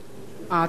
אה, את, סליחה,